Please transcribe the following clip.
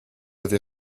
avez